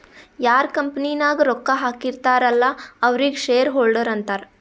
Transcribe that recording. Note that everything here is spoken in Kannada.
ಯಾರ್ ಕಂಪನಿ ನಾಗ್ ರೊಕ್ಕಾ ಹಾಕಿರ್ತಾರ್ ಅಲ್ಲಾ ಅವ್ರಿಗ ಶೇರ್ ಹೋಲ್ಡರ್ ಅಂತಾರ